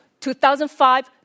2005